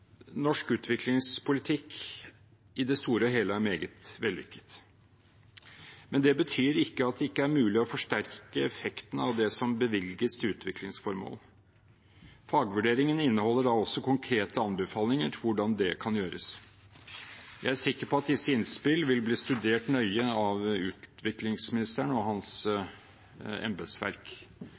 det ikke er mulig å forsterke effekten av det som bevilges til utviklingsformål. Fagvurderingen inneholder da også konkrete anbefalinger til hvordan det kan gjøres. Jeg er sikker på at disse innspill vil bli studert nøye av utviklingsministeren og hans embetsverk,